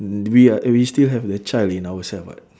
mm we ah eh we still have the child in ourselves [what]